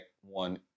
one